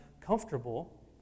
comfortable